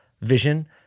vision